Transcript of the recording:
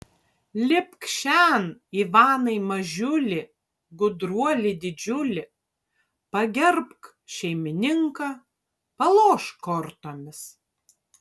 lipk šen ivanai mažiuli gudruoli didžiuli pagerbk šeimininką palošk kortomis